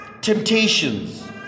temptations